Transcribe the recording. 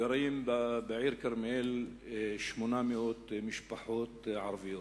גרות בעיר כרמיאל 800 משפחות ערביות.